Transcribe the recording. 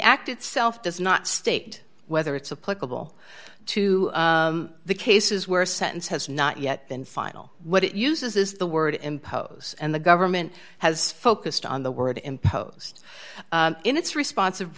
act itself does not state whether it's a political to the cases where a sentence has not yet been final what it uses is the word impose and the government has focused on the word imposed in its response of